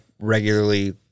regularly